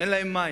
אין להם מים.